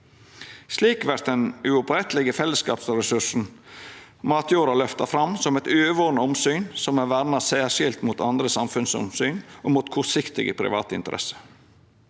Slik vert den uopprettelege fellesskapsresursen matjord løfta fram som eit overordna omsyn som er verna særskilt mot andre samfunnsomsyn, og mot kortsiktige privatinteresser.